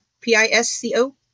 P-I-S-C-O